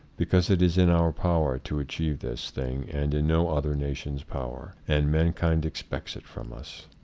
because it is in our power to achieve this thing and in no other nation's power and mankind expects it from us.